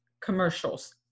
commercials